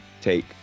take